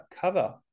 cover